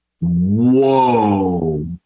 Whoa